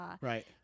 Right